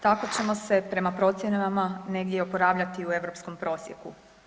Tako ćemo se prema procjenama negdje oporavljati u europskom prosjeku.